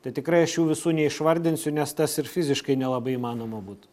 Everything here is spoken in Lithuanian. tai tikrai aš jų visų neišvardinsiu nes tas ir fiziškai nelabai įmanoma būtų